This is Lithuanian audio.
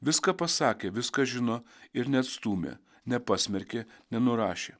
viską pasakė viską žino ir neatstūmė nepasmerkė nenurašė